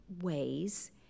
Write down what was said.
ways